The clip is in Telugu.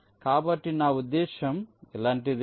కాబట్టి నా ఉద్దేశ్యం ఇలాంటిదే